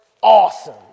awesome